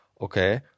okay